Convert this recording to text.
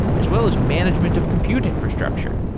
as well as management of compute infrastructure.